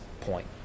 point